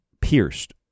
pierced